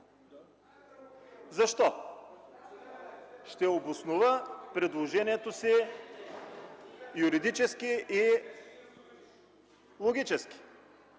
Защо? Ще обоснова предложението си юридически и логически.